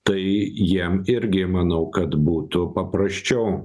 tai jiem irgi manau kad būtų paprasčiau